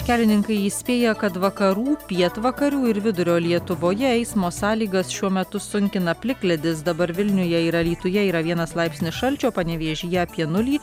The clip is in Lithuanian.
kelininkai įspėja kad vakarų pietvakarių ir vidurio lietuvoje eismo sąlygas šiuo metu sunkina plikledis dabar vilniuje ir alytuje yra vienas laipsnis šalčio panevėžyje apie nulį